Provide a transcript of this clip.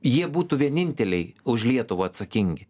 jie būtų vieninteliai už lietuvą atsakingi